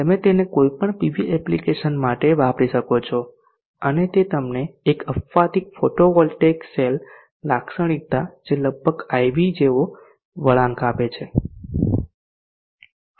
તમે તેને કોઈપણ પીવી એપ્લિકેશન માટે વાપરી શકો છો અને તે તમને એક અપવાદિત ફોટોવોલ્ટેઇક સેલ લાક્ષણિકતા જે લગભગ IV જેવો વળાંક આપે છે